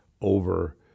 over